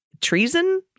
treason